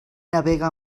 navega